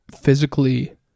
physically